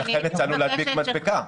לכן הצענו להדביק מדבקה.